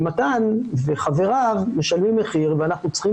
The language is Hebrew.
ומתן וחבריו משלמים את המחיר ואנחנו צריכים